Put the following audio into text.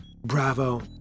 Bravo